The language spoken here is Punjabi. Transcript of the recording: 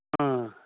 ਹਾਂ